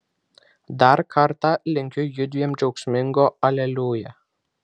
dar kartą linkiu judviem džiaugsmingo aleliuja